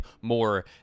more